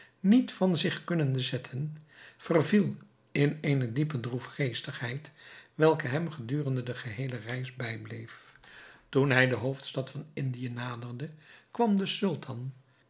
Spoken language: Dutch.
niet van zich kunnende zetten verviel in eene diepe droefgeestigheid welke hem gedurende de geheele reis bijbleef toen hij de hoofdstad van indië naderde kwam de sultan